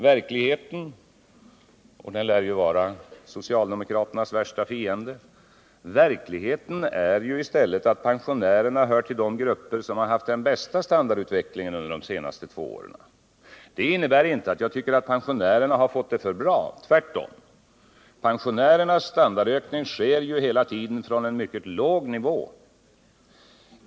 Verkligheten — som lär vara socialdemokraternas värsta fiende — är ju att pensionärerna hör till de grupper som haft den bästa standardutvecklingen under de senaste två åren. Det innebär inte att jag tycker att pensionärerna har fått det för bra. Tvärtom — pensionärernas standardökning sker ju hela tiden från en mycket låg nivå.